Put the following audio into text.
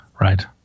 Right